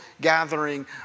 gathering